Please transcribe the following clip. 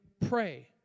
pray